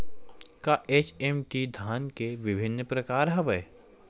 का एच.एम.टी धान के विभिन्र प्रकार हवय?